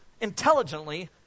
intelligently